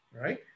right